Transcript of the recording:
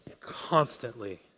constantly